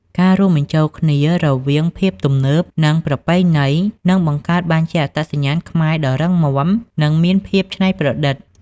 ការរួមបញ្ចូលគ្នារវាង "ភាពទំនើប" និង "ប្រពៃណី" នឹងបង្កើតបានជាអត្តសញ្ញាណខ្មែរដ៏រឹងមាំ និងមានភាពច្នៃប្រឌិត។